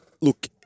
Look